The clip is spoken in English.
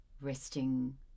resting